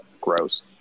gross